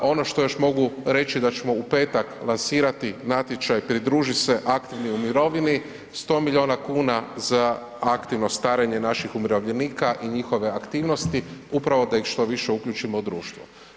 Ono što još mogu reći da ćemo u petak lansirati natječaj pridruži se aktivni u mirovini, 100 milijuna kuna za aktivno starenje naših umirovljenika i njihove aktivnosti upravo da ih što više uključimo u društvo.